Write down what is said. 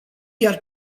iar